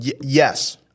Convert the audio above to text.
Yes